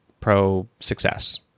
pro-success